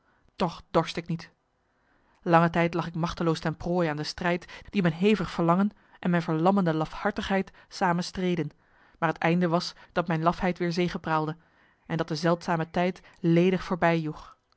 toch dorst ik niet lange tijd lag ik machteloos ten prooi aan de strijd die mijn hevig verlangen en mijn verlammende lafhartigheid samen streden maar het einde was dat mijn lafheid weer zegepraalde en dat de zeldzame tijd ledig voorbij joeg